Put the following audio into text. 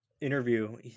interview